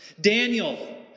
Daniel